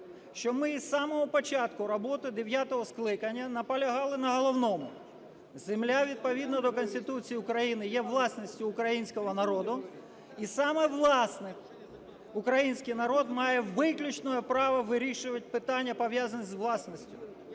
що ми з самого початку роботи дев'ятого скликання наполягали на головному: земля відповідно до Конституції України є власністю українського народу. І саме власник – український народ – має виключне право вирішувати питання, пов'язані із власністю.